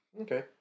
Okay